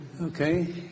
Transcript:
Okay